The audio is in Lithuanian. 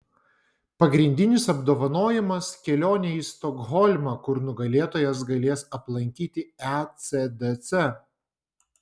pagrindinis apdovanojimas kelionė į stokholmą kur nugalėtojas galės aplankyti ecdc